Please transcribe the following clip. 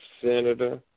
Senator